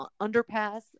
underpass